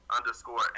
underscore